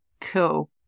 cool